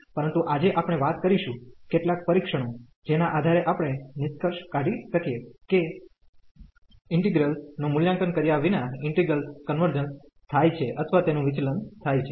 પરંતુ આજે આપણે વાત કરીશું કેટલાક પરીક્ષણો જેના આધારે આપણે નિષ્કર્ષ કાઢી શકીએ કે ઇન્ટિગ્રેલ્સ નું મૂલ્યાંકન કર્યા વિના ઇન્ટિગ્રેલ્સ કન્વર્જન્સ થાય છે અથવા તેનું વિચલન થાય છે